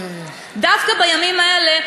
דווקא בימים האלה,